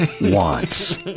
wants